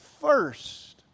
first